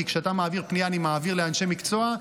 כי כשאתה מעביר פנייה אני מעביר לאנשי מקצוע,